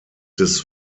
des